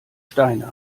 steiner